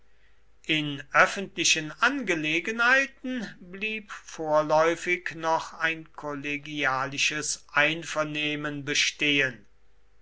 in öffentlichen angelegenheiten blieb vorläufig noch ein kollegialisches einvernehmen bestehen